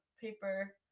paper